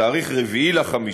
בתאריך 4 במאי,